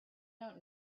don’t